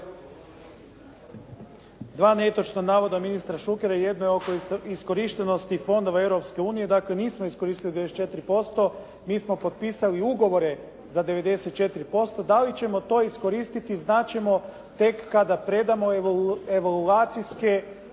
dva netočna navoda ministra Šukera, jedno je oko iskorištenosti fondova Europske unije. Dakle nismo iskoristili 94%. Mi smo potpisali ugovore za 94%, da li ćemo to iskoristiti znati ćemo tek kada predamo evaluacijske